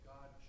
God